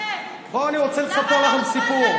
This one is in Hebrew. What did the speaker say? בואו, אני רוצה לספר לכם סיפור.